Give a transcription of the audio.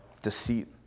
deceit